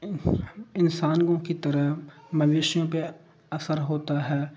انسانگوں کی طرح مویشوں پہ اثر ہوتا ہے